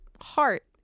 heart